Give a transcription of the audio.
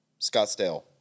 Scottsdale